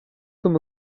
comme